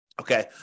Okay